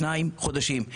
42 חודשים.